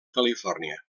califòrnia